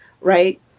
right